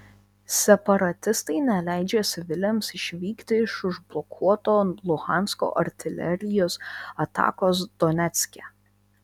separatistai neleidžia civiliams išvykti iš užblokuoto luhansko artilerijos atakos donecke